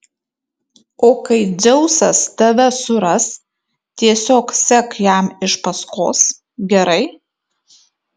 o kai dzeusas tave suras tiesiog sek jam iš paskos gerai